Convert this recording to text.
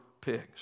pigs